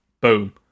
boom